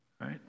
Right